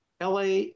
LA